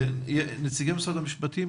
אמיתי שוחט נציג משרד המשפטים,